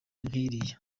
nk’iriya